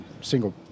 single